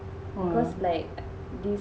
a'ah